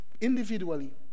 individually